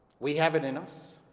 we have it in us.